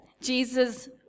Jesus